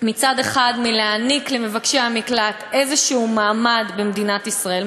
מצד אחד מלהעניק למבקשי המקלט איזשהו מעמד במדינת ישראל,